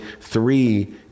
Three